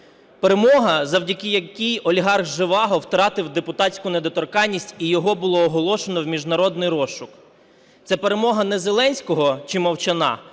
Перемога, завдяки якій олігарх Жеваго втратив депутатську недоторканність і його було оголошено в міжнародний розшук. Це перемога не Зеленського чи Мовчана,